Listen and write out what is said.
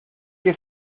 que